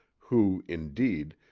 who, indeed,